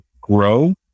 grow